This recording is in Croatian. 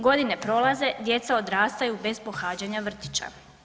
Godine prolaze, djeca odrastaju bez pohađanja vrtića.